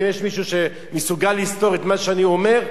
אם יש מישהו שמסוגל לסתור את מה שאני אומר,